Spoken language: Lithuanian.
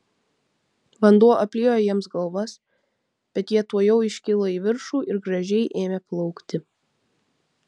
vanduo apliejo jiems galvas bet jie tuojau iškilo į viršų ir gražiai ėmė plaukti